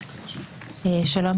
שלום.